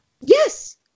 yes